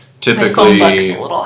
typically